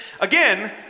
again